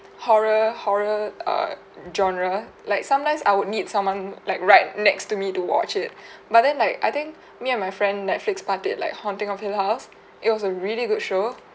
horror horror err genre like sometimes I would need someone like right next to me to watch it but then like I think me and my friend netflix partied like haunting of hill house it was a really good show